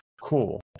cool